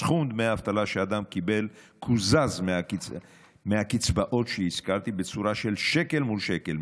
סכום דמי האבטלה שאדם קיבל קוזז מהקצבאות שהזכרתי בצורה של שקל מול שקל.